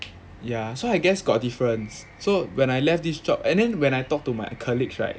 ya so I guess got difference so when I left this job and then when I talk to my colleagues right